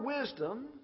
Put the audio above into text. wisdom